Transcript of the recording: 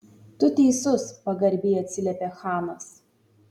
tu teisus pagarbiai atsiliepė chanas